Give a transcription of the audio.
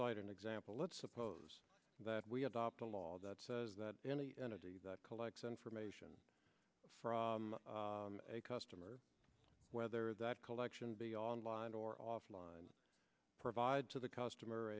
cite an example let's suppose that we adopt a law that says that any entity that collects information from a customer whether that collection be online or offline provide to the customer